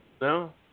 No